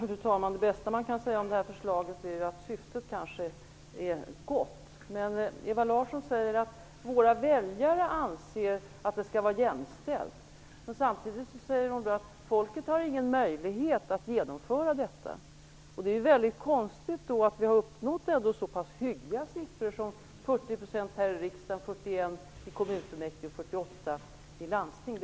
Fru talman! Det bästa man kan säga om det här förslaget är att syftet kanske är gott. Men Ewa Larsson säger att våra väljare anser att vi skall ha jämställdhet, och samtidigt säger hon att folket inte har någon möjlighet att genomföra detta. Då är det ju väldigt konstigt att vi har uppnått så pass hyggliga siffror som 40 % kvinnor i riksdagen, 41 % i kommunfullmäktige och 48 % i landstinget.